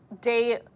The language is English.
day